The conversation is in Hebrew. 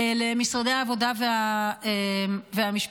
למשרדי העבודה והמשפטים,